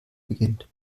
beginnt